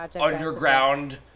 underground